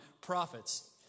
prophets